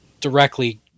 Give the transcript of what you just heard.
directly